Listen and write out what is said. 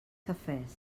cafès